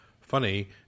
funny